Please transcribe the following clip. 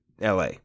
LA